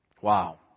Wow